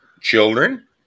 children